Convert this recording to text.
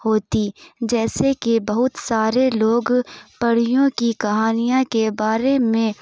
ہوتی جیسے کہ بہت سارے لوگ پریوں کی کہانیاں کے بارے میں